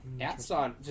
outside